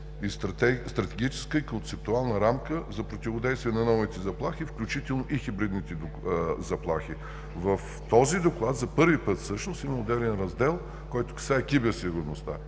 и стратегическа и концептуална рамка за противодействие на новите заплахи, включително и хибридните заплахи. В този Доклад за първи път всъщност има отделен раздел, който касае киберсигурността